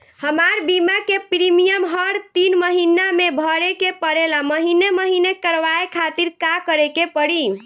हमार बीमा के प्रीमियम हर तीन महिना में भरे के पड़ेला महीने महीने करवाए खातिर का करे के पड़ी?